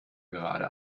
gerade